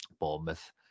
Bournemouth